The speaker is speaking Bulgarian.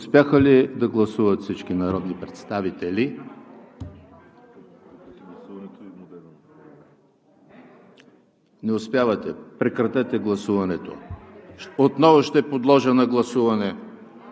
Успяха ли да гласуват всички народни представители? Не успявате! Прекратете гласуването. Отново ще подложа на гласуване